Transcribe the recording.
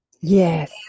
Yes